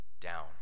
down